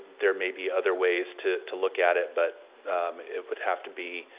there may be other ways to to look at it, but it would have to be,